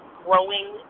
growing